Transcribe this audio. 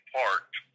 parked